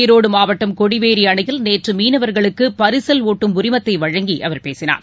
ஈரோடு மாவட்டம் கொடிவேரி அணையில் நேற்று மீனவர்களுக்கு பரிசல் ஓட்டும் உரிமத்தை வழங்கி அவர் பேசினார்